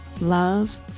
love